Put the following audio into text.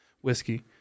whiskey